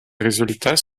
résultats